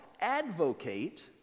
advocate